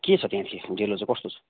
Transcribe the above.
के छ त्यहाँ चाहिँ डेलो चाहिँ कस्तो छ